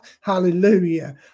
Hallelujah